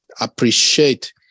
appreciate